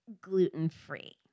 gluten-free